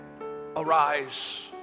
arise